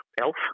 ELF